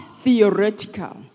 theoretical